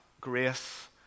grace